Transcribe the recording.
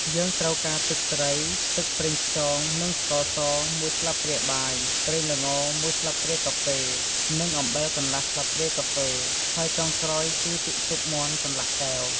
យើងត្រូវការទឹកត្រី ទឹកប្រេងខ្យង និងស្ករស មួយស្លាបព្រាបាយ ប្រេងល្ង មួយស្លាបព្រាកាហ្វេ និងអំបិលកន្លះស្លាបព្រាកាហ្វេ ហើយចុងក្រោយគឺ ទឹកស៊ុបមាន់កន្លះកែវ។